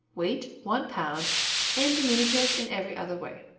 weight one pound and diminutive in every other way.